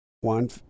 one